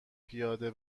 پیاده